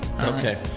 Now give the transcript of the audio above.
Okay